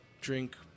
drink